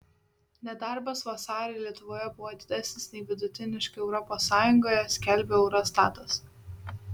nedarbas vasarį lietuvoje buvo didesnis nei vidutiniškai europos sąjungoje skelbia eurostatas